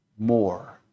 More